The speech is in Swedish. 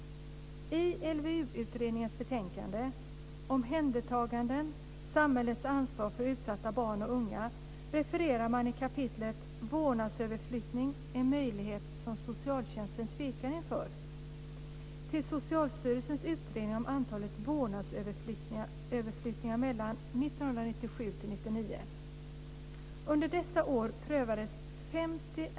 I LVU-utredningens betänkande Omhändertaganden - Samhällets ansvar för utsatta barn och unga refererar man i kapitlet Vårdnadsöverflyttning - en möjlighet som socialtjänsten tvekar inför till Socialstyrelsens utredning om antalet vårdnadsöverflyttningar under 1997-1999.